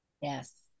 Yes